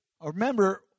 remember